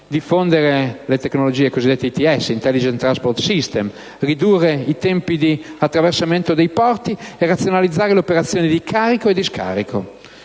diffondere le tecnologie ITS (*Intelligence Transport System*), ridurre i tempi di attraversamento dei porti e razionalizzare le operazioni di carico e di scarico.